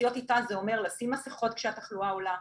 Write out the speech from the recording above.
לחיות איתה זה אומר לשים מסכות כשהתחלואה עולה,